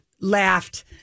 laughed